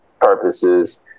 purposes